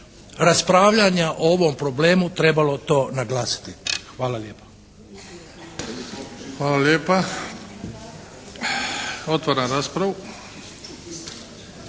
raspravljanja o ovom problemu trebalo to naglasiti. Hvala lijepo.